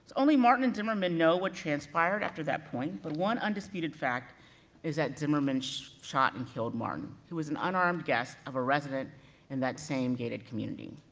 only martin and zimmerman know what transpired after that point, but one undisputed fact is that zimmerman so shot and killed martin, who was an unarmed guest of a resident in that same gated community.